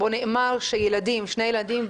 הוא אמר ששני ילדים,